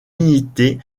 unité